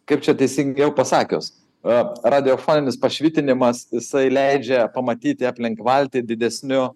kaip čia teisingiau pasakius a radiofoninis pašvitinimas jisai leidžia pamatyti aplink valtį didesniu